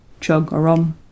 Chug-a-rum